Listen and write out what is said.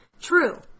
True